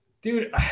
Dude